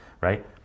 right